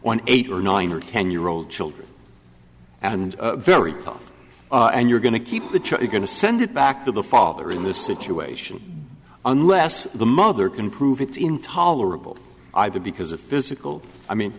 on eight or nine or ten year old children and very tough and you're going to keep the child going to send it back to the father in this situation unless the mother can prove it's intolerable either because of physical i mean